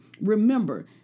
Remember